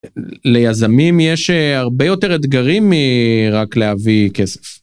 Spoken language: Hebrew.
ליזמים יש הרבה יותר אתגרים מרק להביא כסף.